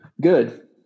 Good